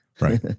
Right